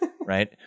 right